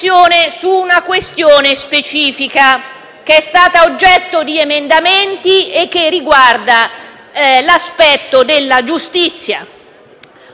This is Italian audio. Grazie